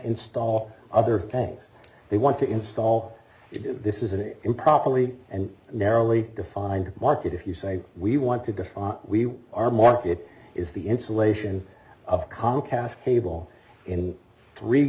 install other things they want to install this is an improperly and narrowly defined market if you say we want to define we are more it is the installation of comcast cable in three